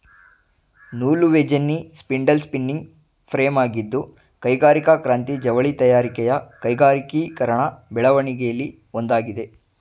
ನೂಲುವಜೆನ್ನಿ spindle spinning ಫ್ರೇಮಾಗಿದ್ದು ಕೈಗಾರಿಕಾ ಕ್ರಾಂತಿ ಜವಳಿ ತಯಾರಿಕೆಯ ಕೈಗಾರಿಕೀಕರಣ ಬೆಳವಣಿಗೆಲಿ ಒಂದಾಗಿದೆ